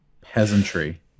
Peasantry